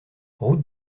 route